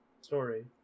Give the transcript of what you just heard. story